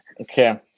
Okay